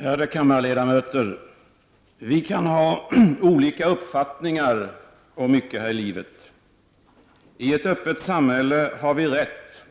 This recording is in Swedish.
Ärade kammarledamöter! Vi kan ha olika uppfattningar om mycket här i livet. I ett öppet samhälle har vi rätt